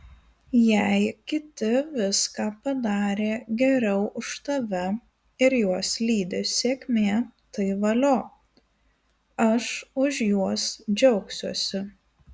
jei kiti viską padarė geriau už tave ir juos lydi sėkmė tai valio aš už juos džiaugsiuosi